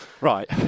Right